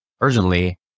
urgently